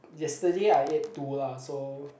yesterday I ate two lah so